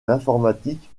l’informatique